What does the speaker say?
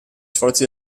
sforzi